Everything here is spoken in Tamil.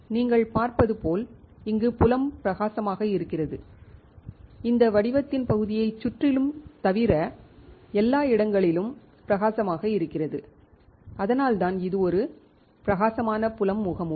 நீங்கள் பார்ப்பது போல் இங்கு புலம் பிரகாசமாக இருக்கிறது இந்த வடிவத்தின் பகுதியைச் சுற்றிலும் தவிர எல்லா இடங்களிலும் பிரகாசமாக இருக்கிறது அதனால்தான் இது ஒரு பிரகாசமான புலம் முகமூடி